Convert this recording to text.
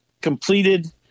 completed